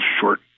short